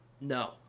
No